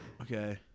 Okay